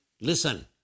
Listen